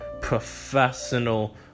professional